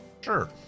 Sure